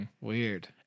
Weird